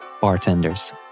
bartenders